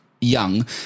young